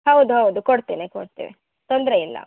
ಹೌದೌದು ಕೊಡ್ತೇನೆ ಕೊಡ್ತೇವೆ ತೊಂದರೆಯಿಲ್ಲ